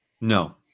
No